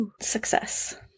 Success